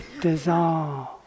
Dissolve